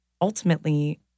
ultimately